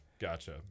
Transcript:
gotcha